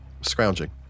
scrounging